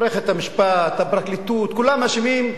מערכת המשפט, הפרקליטות, כולם אשמים,